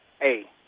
hey